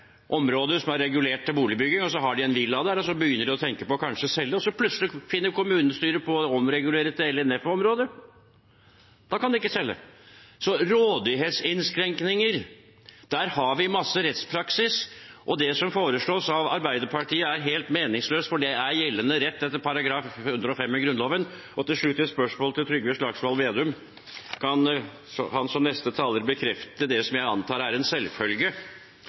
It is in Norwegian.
område som er regulert til boligbygging, de har en villa der og begynner kanskje å tenke på å selge, og så plutselig finner kommunestyret på å omregulere til LNF-område. Da kan de ikke selge. Så når det gjelder rådighetsinnskrenkninger, har vi masse rettspraksis, og det som foreslås av Arbeiderpartiet, er helt meningsløst, for det er gjeldende rett etter § 105 i Grunnloven. Til slutt et spørsmål til Trygve Slagsvold Vedum: Kan han, som neste taler, bekrefte det som jeg antar er en selvfølge,